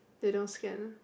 they don't scan